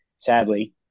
sadly